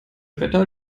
wetter